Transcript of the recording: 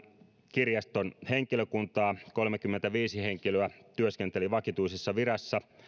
kirjaston henkilökuntaa kolmekymmentäviisi henkilöä työskenteli vakituisessa virassa